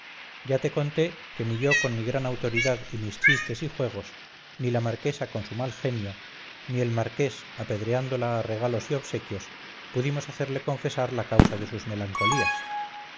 ya te conté que ni yo con mi gran autoridad y mis chistes y juegos ni la marquesa con su mal genio ni el marqués apedreándola a regalos y obsequios pudimos hacerle confesar la causa de sus melancolías